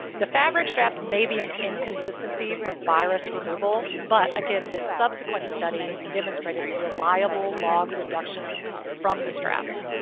the fabric straps may be an inconsistency for virus removal, but again this subsequent study demonstrated reliable log-reduction from the straps.